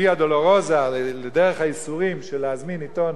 לויה-דולורוזה, לדרך הייסורים, של להזמין עיתון